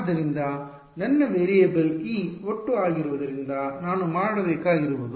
ಆದ್ದರಿಂದ ನನ್ನ variable E ಒಟ್ಟು ಆಗಿರುವುದರಿಂದ ನಾನು ಮಾಡಬೇಕಾಗಿರುವುದು